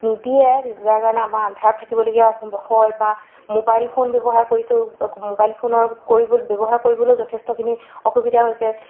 নিদিয়ে যাৰ কাৰণে আমাৰ আন্ধাৰত থাকিবলগীয়া হয় বা মোবাইল ফোন ব্যৱহাৰ কৰিছো মোবাইল ফোনৰ কৰিব ব্যৱহাৰ কৰিবলও যথেষ্টখিনি অসুবিধা হৈছে